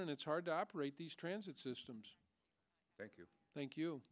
and it's hard to operate these transit systems thank you thank you